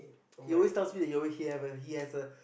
he always tells me that he always he have a he has a